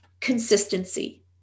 consistency